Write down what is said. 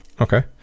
Okay